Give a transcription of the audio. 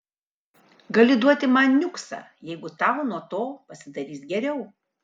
gali duoti man niuksą jeigu tau nuo to pasidarys geriau